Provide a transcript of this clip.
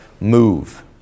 move